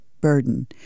burden